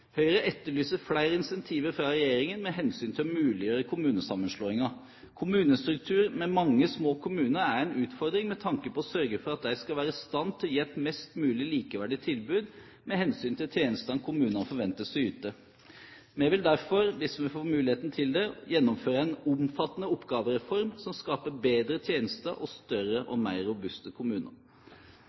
Høyre etterlyser flere incentiver fra regjeringen for å muliggjøre kommunesammenslåinger. En kommunestruktur med mange små kommuner er en utfordring med tanke på å sørge for at de skal være i stand til å gi et mest mulig likeverdig tilbud med hensyn til tjenestene kommunene forventes å yte. Vi vil derfor, hvis vi får muligheten til det, gjennomføre en omfattende oppgavereform som skaper bedre tjenester og større og mer robuste kommuner.